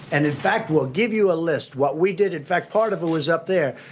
and in fact, we'll give you a list. what we did, in fact, part of it was up there.